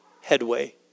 headway